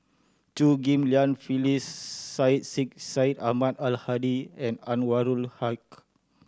Chew Ghim Lian Phyllis Syed Sheikh Syed Ahmad Al Hadi and Anwarul Haque